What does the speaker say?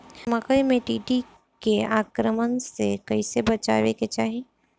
मकई मे टिड्डी के आक्रमण से कइसे बचावे के चाही?